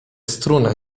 struna